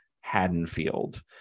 Haddonfield